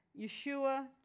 Yeshua